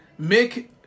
Mick